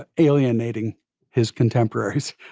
ah alienating his contemporaries.